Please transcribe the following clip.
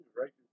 right